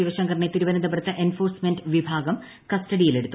ശിവശങ്കറിനെ തിരുവനന്തപുരത്ത് എൻഫോഴ്സ്മെന്റ് വിഭാഗം കസ്റ്റഡിയിലെടുത്തു